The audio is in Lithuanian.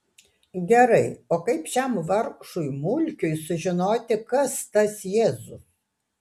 gerai o kaip šiam vargšui mulkiui sužinoti kas tas jėzus